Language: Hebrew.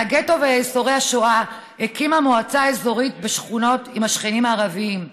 מהגטו וייסורי השואה הקימה מועצה אזורית בשכנות עם השכנים הערבים.